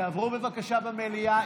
תעברו בבקשה במליאה,